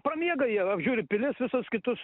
pramiega jie apžiūri pilis visus kitus